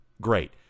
Great